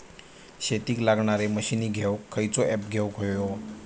शेतीक लागणारे मशीनी घेवक खयचो ऍप घेवक होयो?